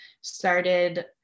started